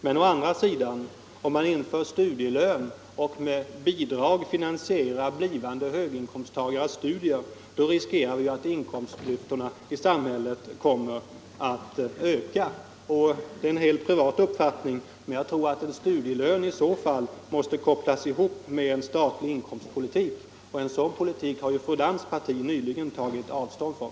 Men om man inför studielön och med bidrag finansierar blivande höginkomsttagares studier, riskerar vi å andra sidan att inkomstklyftorna i samhället kommer att öka. Det är en helt privat uppfattning, men jag tror att en studielön i så fall måste kopplas ihop med en statlig inkomstpolitik, och en sådan politik har ju fru Lantz” parti nyligen tagit avstånd från.